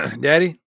Daddy